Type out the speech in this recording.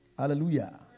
Hallelujah